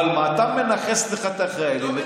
אבל אתה מנכס לך את החיילים,